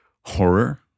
horror